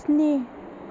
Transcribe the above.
स्नि